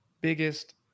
biggest